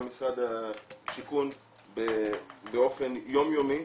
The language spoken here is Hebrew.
גם משרד השיכון באופן יומיומי,